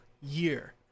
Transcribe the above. year